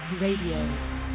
Radio